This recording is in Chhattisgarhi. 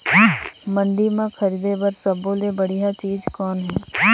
मंडी म खरीदे बर सब्बो ले बढ़िया चीज़ कौन हे?